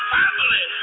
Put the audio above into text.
family